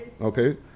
Okay